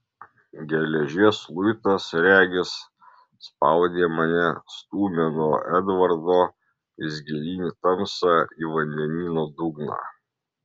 geležies luitas regis spaudė mane stūmė nuo edvardo vis gilyn į tamsą į vandenyno dugną